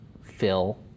fill